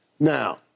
Now